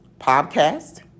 podcast